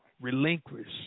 relinquish